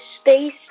space